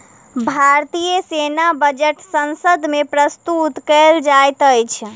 भारतीय सेना बजट संसद मे प्रस्तुत कयल जाइत अछि